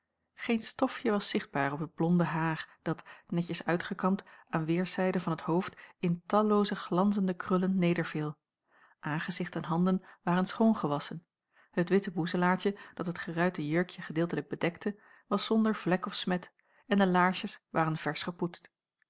geen stofje was zichtbaar op het blonde haar dat netjes uitgekamd aan weêrszijden van het hoofd in tallooze glanzende krullen nederviel aangezicht en handen waren schoongewasschen het witte boezelaartje dat het geruite jurkje gedeeltelijk bedekte was zonder vlek of smet en de laarsjes waren versch gepoetst